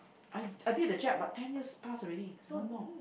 I I did the jab but ten years pass already no more